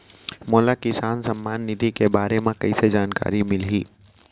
मोला किसान सम्मान निधि के बारे म कइसे जानकारी मिलही?